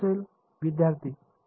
विद्यार्थीः हे होईल